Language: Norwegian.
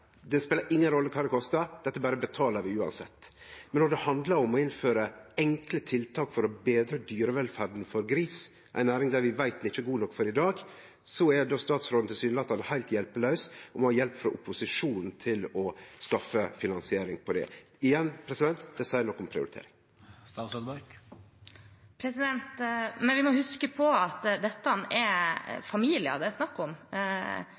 det spelar inga rolle kva det kostar, dette berre betalar vi uansett. Men når det handlar om å innføre enkle tiltak for å betre dyrevelferda for gris, ei næring der vi veit ein ikkje er god nok på det i dag, så er statsråden tilsynelatande heilt hjelpelaus og må ha hjelp frå opposisjonen til å skaffe finansiering på det. Igjen: Det seier noko om prioritering. Men vi må huske på at det er familier det er snakk om